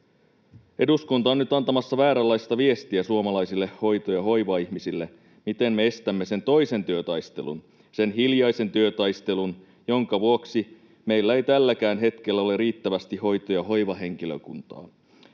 Eduskunta on nyt antamassa vääränlaista viestiä suomalaisille hoito- ja hoivaihmisille, miten me estämme sen toisen työtaistelun, sen hiljaisen työtaistelun, jonka vuoksi meillä ei tälläkään hetkellä ole riittävästi hoito- ja hoivahenkilökuntaa.